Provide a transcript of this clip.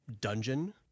dungeon